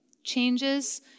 changes